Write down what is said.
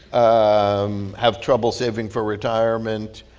um have trouble saving for retirement.